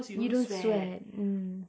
you don't sweat mm